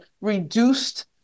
reduced